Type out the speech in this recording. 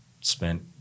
spent